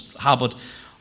habit